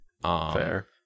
Fair